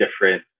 different